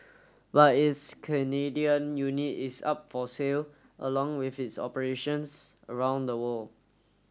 but its Canadian unit is up for sale along with its operations around the world